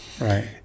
Right